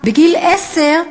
בגיל עשר,